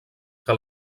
que